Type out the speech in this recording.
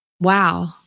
wow